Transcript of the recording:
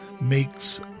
makes